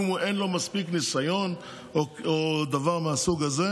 אין לאדם מספיק ניסיון או דבר מהסוג הזה,